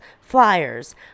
flyers